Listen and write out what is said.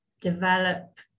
develop